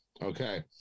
Okay